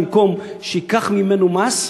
במקום שייקח ממנו מס,